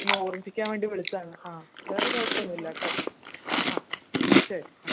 ഒന്ന് ഓർപ്പിക്കാൻ വേണ്ടി വിളിച്ചതാണ് ആ വേറെ കുഴപ്പമൊന്നുമില്ല കേട്ടോ ആ ശരി ആ